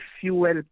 fuel